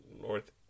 north